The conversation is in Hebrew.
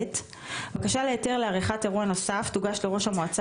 בקשה להיתר לעריכת אירוע נוסף תוגש לראש המועצה